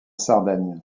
sardaigne